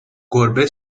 گربه